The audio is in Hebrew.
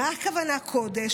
מה הכוונה קודש?